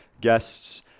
Guests